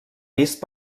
vist